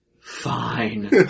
Fine